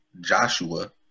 Joshua